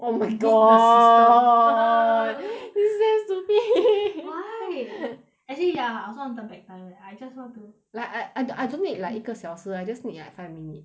oh my god beat the system this so stupid why I think ya I also want turn back time I just want to like I I I don't need like 一个小时 I just need like five minute